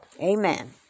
Amen